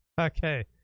okay